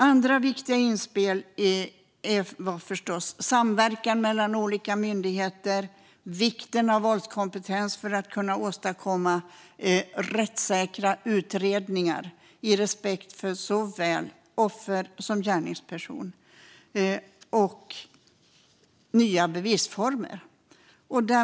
Andra viktiga inspel var förstås samverkan mellan olika myndigheter, vikten av våldskompetens för att kunna åstadkomma rättssäkra utredningar med respekt för såväl offer som gärningsperson samt nya bevisformer.